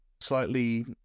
slightly